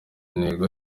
intego